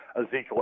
Ezekiel